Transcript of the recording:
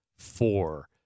Four